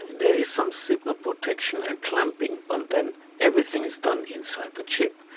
there is some signal protection and clamping but then everything is done inside the chip.